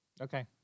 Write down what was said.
okay